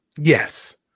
yes